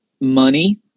money